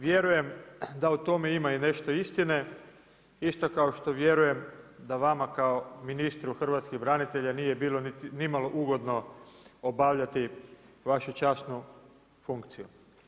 Vjerujem da u tome ima nešto istine, isto kao što vjerujem da vama kao ministru hrvatskih branitelja nije bilo nimalo ugodno obavljati vašu časnu funkciju.